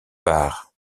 par